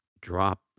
drop